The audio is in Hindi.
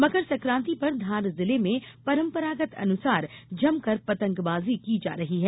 मकर संक्राती पर धार जिले में परम्परागत अनुसार जमकर पतंगबाजी की जा रही है